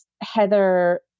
Heather